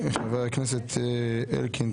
חבר הכנסת אלקין,